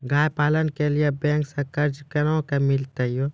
गाय पालन के लिए बैंक से कर्ज कोना के मिलते यो?